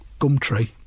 Gumtree